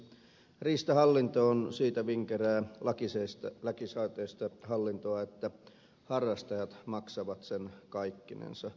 riistahallinto on siitä vinkerää lakisääteistä hallintoa että harrastajat maksavat sen kaikkinensa